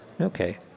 okay